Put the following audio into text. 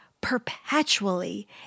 perpetually